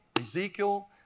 Ezekiel